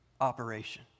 operation